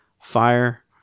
fire